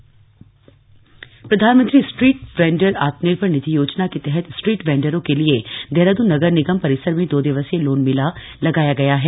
PM street vendor योजना प्रधानमंत्री street vendor आत्मनिर्भर निधि योजना के तहत स्ट्रीट वेंडरों के लिए देहरादून नगर निगम परिसर में दो दिवसीय लोन मेला लगाया गया है